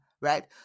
right